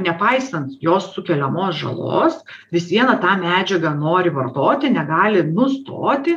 nepaisant jos sukeliamos žalos vis viena tą medžiagą nori vartoti negali nustoti